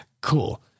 cool